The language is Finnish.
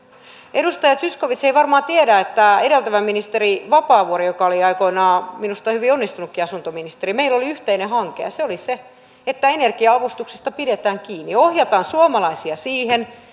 edustaja zyskowicz ei varmaan tiedä että edeltävän ministerin vapaavuoren joka oli aikoinaan minusta hyvin onnistunutkin asuntoministeri aikana meillä oli yhteinen hanke ja se oli se että energia avustuksista pidetään kiinni ohjataan suomalaisia siihen